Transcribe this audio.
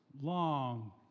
long